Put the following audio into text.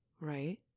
Right